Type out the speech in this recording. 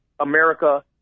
America